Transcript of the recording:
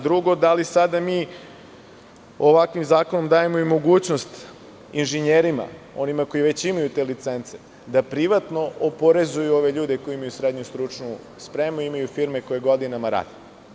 Drugo, da li sada mi ovakvim zakonom dajemo i mogućnost inženjerima, onima koji već imaju te licence, da privatno oporezuju ove ljude koji imaju srednju stručnu spremu a imaju firme koje godinama rade?